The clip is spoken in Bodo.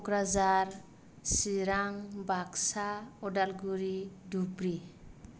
क'क्रझार चिरां बाक्सा उदालगुरि धुबुरि